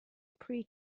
pre